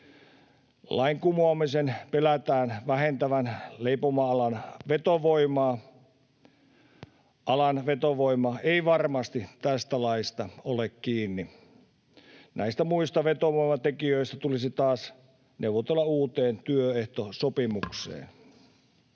Lain kumoamisen pelätään vähentävän leipomoalan vetovoimaa. Alan vetovoima ei varmasti tästä laista ole kiinni. Näistä muista vetovoimatekijöistä tulisi taas neuvotella uuteen työehtosopimukseen.